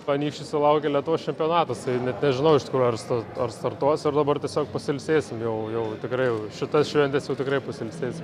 manyčiau sulaukia lietuvos čempionatas tai ir net nežinau iš tikrųjų ar star ar startuosiu ar dabar tiesiog pasiilsėsim jau jau tikrai jau šitas šventes tikrai pasiilsėsim